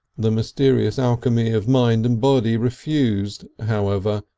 the mysterious alchemy of mind and body refused, however,